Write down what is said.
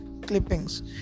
clippings